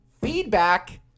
feedback